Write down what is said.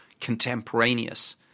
contemporaneous